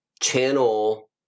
channel